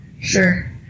Sure